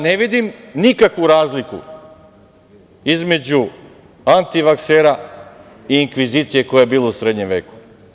Ne vidim nikakvu razliku između antivaksera i inkvizicije koja je bila u srednjem veku.